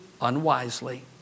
unwisely